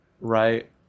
right